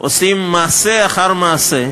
עושים מעשה אחר מעשה,